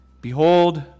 Behold